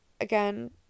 again